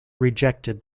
rejected